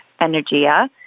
Energia